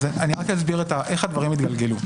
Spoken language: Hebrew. -- אני אסביר איך הדברים התגלגלו.